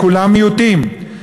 כולם מיעוטים,